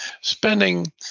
spending